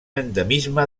endemisme